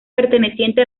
perteneciente